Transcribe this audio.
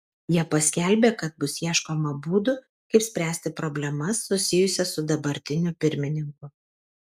jie paskelbė kad bus ieškoma būdų kaip spręsti problemas susijusias su dabartiniu pirmininku